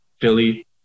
Philly